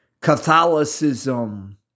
Catholicism